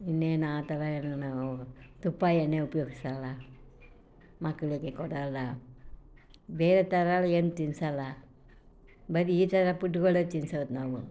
ಇನ್ನೇನು ಆ ಥರಯೆಲ್ಲ ನಾವು ತುಪ್ಪ ಎಣ್ಣೆ ಉಪಯೋಗ್ಸೋಲ್ಲ ಮಕ್ಕಳಿಗೆ ಕೊಡೋಲ್ಲ ಬೇರೆ ಥರಯೆಲ್ಲ ಏನು ತಿನ್ಸೋಲ್ಲ ಬರೀ ಈ ಥರ ಪುಡ್ಗಳೇ ತಿನ್ಸೋದು ನಾವು